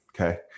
Okay